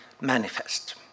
manifest